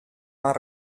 más